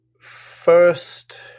first